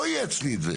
לא יהיה אצלי את זה.